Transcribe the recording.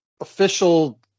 official